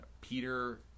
Peter